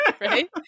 right